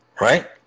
right